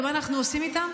ומה אנחנו עושים איתם?